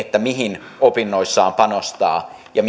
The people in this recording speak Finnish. mihin opinnoissaan panostaa ja